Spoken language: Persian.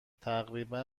تقریبا